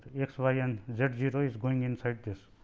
x y and z zero is going inside this.